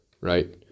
right